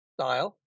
style